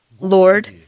Lord